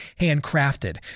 handcrafted